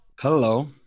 hello